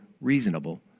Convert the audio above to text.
reasonable